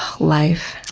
life.